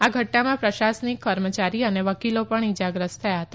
આ ઘટનામાં પ્રશાસનિક કર્મચારી અને વકીલો પણ ઇજાગ્રસ્ત થયા હતા